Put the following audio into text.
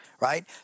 right